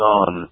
on